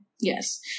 Yes